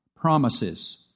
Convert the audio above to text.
promises